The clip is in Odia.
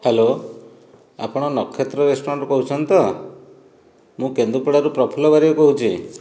ହ୍ୟାଲୋ ଆପଣ ନକ୍ଷତ୍ର ରେଷ୍ଟରାଣ୍ଟରୁ କହୁଛନ୍ତି ତ ମୁଁ କେନ୍ଦୁପଡ଼ାରୁ ପ୍ରଫୁଲ୍ଲ ବାରିକ କହୁଛି